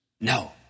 No